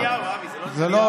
זה לא נתניהו, אבי, זה לא נתניהו.